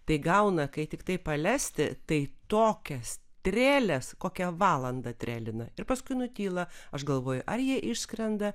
tai gauna kai tiktai palesti tai tokias treles kokią valandą trelina ir paskui nutyla aš galvoju ar jie išskrenda